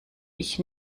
ich